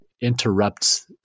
interrupts